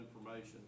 information